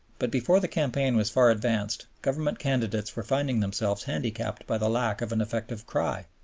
but before the campaign was far advanced government candidates were finding themselves handicapped by the lack of an effective cry.